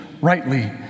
rightly